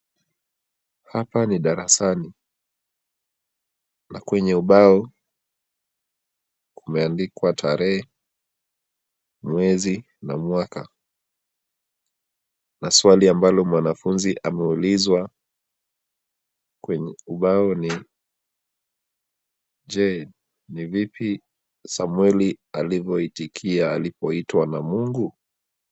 Hapa ni darasani na kwenye ubao kumeandikwa tarehe, mwezi na mwaka. Maswali ambalo mwanafunzi ameulizwa kwenye ubao ni, je, ni vipi Samweli alivoitikia alipoitwa na Mungu?